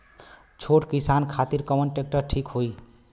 छोट किसान खातिर कवन ट्रेक्टर ठीक होई?